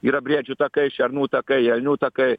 yra briedžių takai šernų takai elnių takai